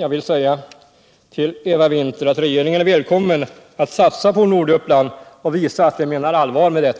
Jag vill säga till Eva Winther att regeringen är välkommen att satsa på Norduppland och visa att den menar allvar med detta.